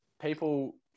people